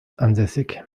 ansässig